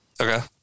Okay